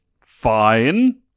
fine